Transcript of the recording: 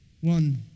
One